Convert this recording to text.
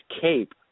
cape